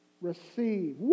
Receive